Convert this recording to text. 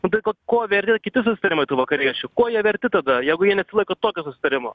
nu tai ko ko verti kiti susitarimai tų vakariečių ko jie verti tada jeigu jie nesilaiko tokio susitarimo